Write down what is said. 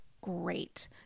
great